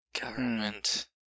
government